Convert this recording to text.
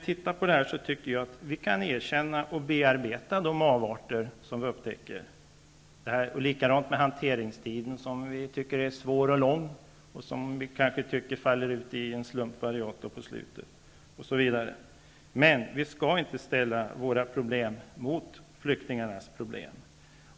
Jag tycker att vi kan erkänna och bearbeta de avarter som vi upptäcker. Det gäller även hanteringstiderna, som vi tycker är svåra och långa, och som vi kanske tycker faller ut i en slumpvariator på slutet. Men vi skall inte ställa våra problem mot flyktingarnas problem.